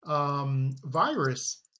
virus